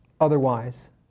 otherwise